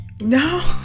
No